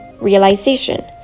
realization